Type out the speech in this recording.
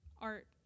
art